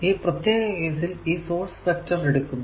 ഈ പ്രത്യേക കേസിൽ ഈ സോഴ്സ് വെക്റ്റർ എടുക്കുന്നു